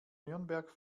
nürnberg